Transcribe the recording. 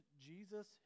Jesus